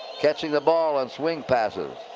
catching the ball on swing passes.